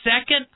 second